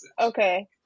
Okay